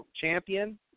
champion